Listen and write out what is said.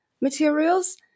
materials